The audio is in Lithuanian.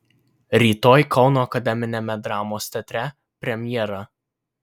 rytoj kauno akademiniame dramos teatre premjera